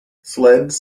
sleds